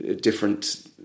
different